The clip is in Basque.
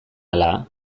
ala